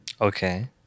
Okay